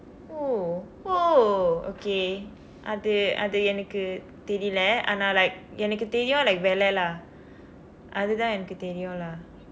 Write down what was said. oo !whoa! okay அது அது எனக்கு தெரியவில்லை ஆனா:athu athu enakku theriyavillai aanaa like எனக்கு தெரியும்:enakku theriyum like விலை:vilai lah அதுதான் எனக்கு தெரியும்:athuthaan enakku theriyum lah